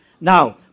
now